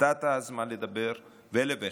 נתת זמן לדבר ואלף ואחד,